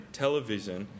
television